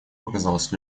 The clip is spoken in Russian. показалось